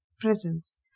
presence